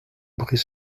bruit